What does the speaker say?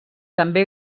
també